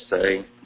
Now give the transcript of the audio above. say